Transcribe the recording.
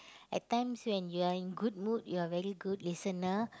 at times when you are in good mood you are very good listener